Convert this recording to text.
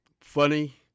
funny